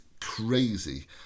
crazy